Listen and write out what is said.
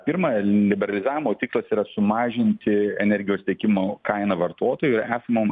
pirma liberalizavimo tikslas yra sumažinti energijos tiekimo kainą vartotojų esamom